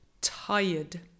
Tired